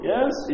Yes